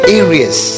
areas